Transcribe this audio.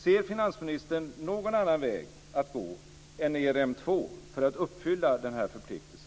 Ser finansministern någon annan väg att gå än ERM2 för att uppfylla den förpliktelsen?